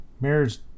marriage